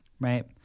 Right